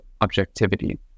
objectivity